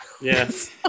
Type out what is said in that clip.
Yes